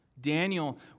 Daniel